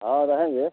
हाँ रहेंगे